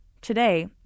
Today